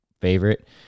favorite